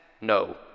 no